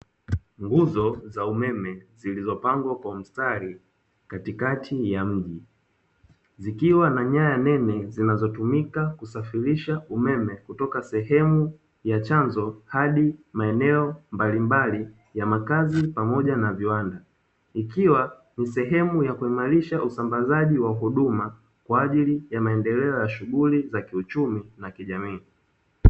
Nguzo za umeme zilizopangwa kwa mstari katikati ya mji zikiwa na nyaya nene zinazotumika kusafirisha umeme kutoka sehemu ya chanzo hadi maeneo mbalimbali ya makazi pamoja na viwanda ikiwa ni sehemu ya kuimarisha usambazaji wa huduma kwa ajili ya maendeleo ya shughuli za kiuchumi na kijamii.